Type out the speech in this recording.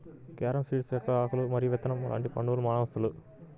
carom seeds మొక్కల ఆకులు మరియు విత్తనం లాంటి పండ్లను మానవులు తింటారు